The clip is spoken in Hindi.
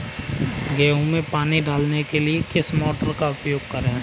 गेहूँ में पानी डालने के लिए किस मोटर का उपयोग करें?